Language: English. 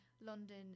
London